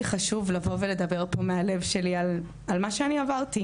חשוב לבוא ולדבר פה מהלב שלי על מה שאני עברתי,